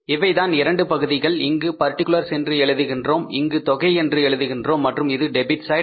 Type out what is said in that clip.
இவைதான் இரண்டு பகுதிகள் இங்கு பர்டிகுலர்ஸ் என்று எழுதுகின்றோம் இங்கு தொகை என்று எழுதுகின்றோம் மற்றும் இது டெபிட் சைடு